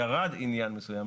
ירד עניין מסוים,